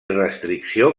restricció